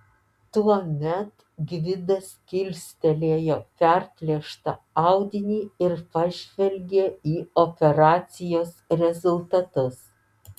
tuomet gvidas kilstelėjo perplėštą audinį ir pažvelgė į operacijos rezultatus